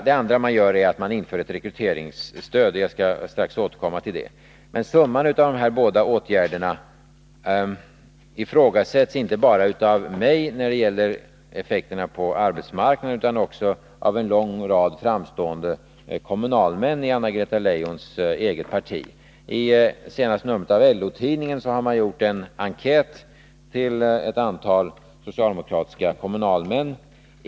Det andra man gör är att införa ett rekryteringsstöd. Det skall jag strax återkomma till. Summan av dessa båda åtgärder ifrågasätts inte bara av mig när det gäller effekterna på arbetsmarknaden utan också av en lång rad framstående kommunalmän i Anna-Greta Leijons eget parti. I senaste numret av LO-tidningen har man gjort en enkät bland ett antal socialdemokratiska kommunalmän.